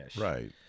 right